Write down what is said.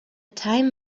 time